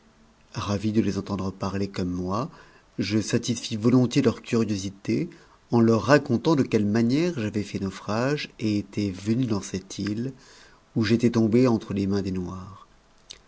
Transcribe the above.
ravi de les entendre parler comme moi je satisfis volontiers leur curiosité en leur racontant de quelle manière j'avais mt naufrage et étais venu dans cette he où j'étais tombé entre les mains des noirs